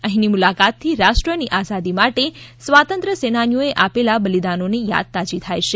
અહીંની મુલાકાતથી રાષ્ટ્રની આઝાદી માટે સ્વાતંત્ર્ય સેનાનીઓએ આપેલા બલીદાનો યાદ તાજી થાય છે